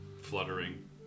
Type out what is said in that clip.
Fluttering